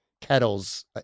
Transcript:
kettles